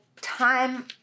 time